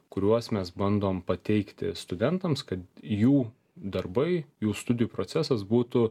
kuriuos mes bandom pateikti studentams kad jų darbai jų studijų procesas būtų